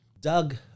Doug